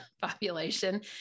population